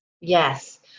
yes